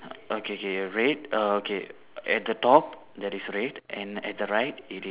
okay K red err okay at the top there is red and at the right it is